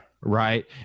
Right